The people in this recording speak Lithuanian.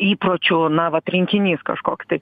įpročių na vat rinkinys kažkoks tai